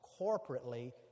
corporately